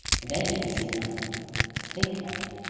and then he could see nothing think nothing.